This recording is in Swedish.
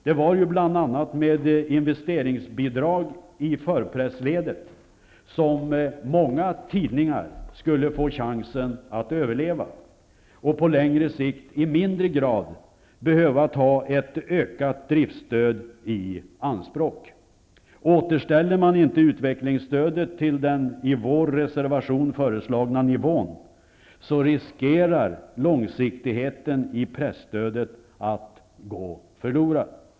Det var ju bl.a. med investeringsbidrag i förpressledet som många tidningar skulle få chansen att överleva och på längre sikt i mindre grad behöva ta ett ökat driftstöd i anspråk. Återställer man inte utvecklingsstödet till den i vår reservation föreslagna nivån, riskerar långsiktigheten i presstödet att gå förlorad.